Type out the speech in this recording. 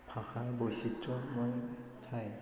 ভাষাৰ বৈচিত্ৰময় ঠাই